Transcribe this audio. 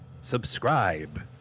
subscribe